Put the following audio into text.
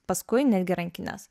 paskui netgi rankines